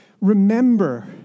remember